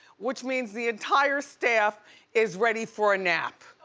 which means the entire staff is ready for a nap.